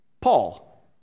paul